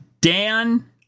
Dan